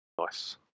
Nice